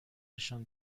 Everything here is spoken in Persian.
نشان